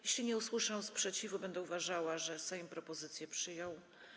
Jeśli nie usłyszę sprzeciwu, będę uważała, że Sejm propozycję przyjął.